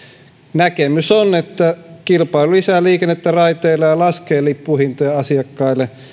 näkemys on että kilpailu lisää liikennettä raiteilla ja laskee lippujen hintoja asiakkaille